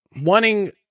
wanting